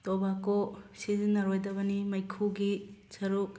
tobacco ꯁꯤꯖꯤꯟꯅꯔꯣꯏꯗꯕꯅꯤ ꯃꯩꯈꯨꯒꯤ ꯁꯔꯨꯛ